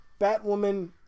Batwoman